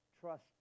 trust